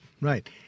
right